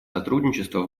сотрудничество